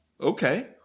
okay